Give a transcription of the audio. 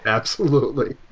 absolutely.